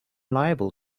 liable